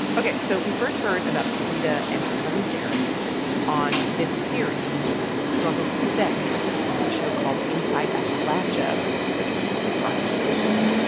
ok, so we first heard about karida and her cousin derek on this series the struggle to stay on a show called inside appalachia by west virginia public broadcasting.